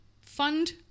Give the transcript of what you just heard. fund